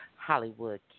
Hollywood